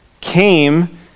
came